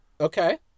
Okay